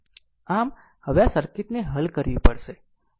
આમ હવે આ સર્કિટને હલ કરવી પડશે